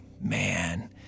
man